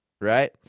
right